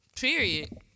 Period